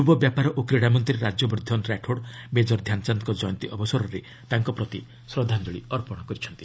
ଯୁବ ବ୍ୟାପାର ଓ କ୍ରୀଡ଼ାମନ୍ତ୍ରୀ ରାଜ୍ୟବର୍ଦ୍ଧନ ରାଠୋଡ୍ ମେଜର ଧ୍ୟାନଚାନ୍ଦଙ୍କ ଜୟନ୍ତୀ ଅବସରରେ ତାଙ୍କ ପ୍ରତି ଶ୍ରଦ୍ଧାଞ୍ଜଳି ଅର୍ପଣ କରିଛନ୍ତି